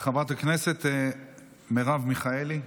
חברת הכנסת מרב מיכאלי.